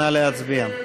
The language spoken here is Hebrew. נא להצביע.